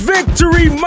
Victory